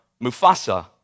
Mufasa